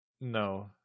No